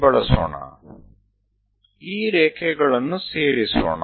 ચાલો આપણે આ લીટીઓને જોડીએ